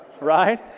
right